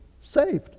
saved